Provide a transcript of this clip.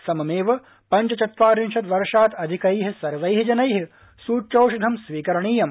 सममेव पञ्चचत्वारिशत् वर्षात् अधिकै सर्वै जनै सूच्यौषधं स्वीकरणीयम्